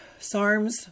SARMs